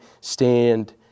stand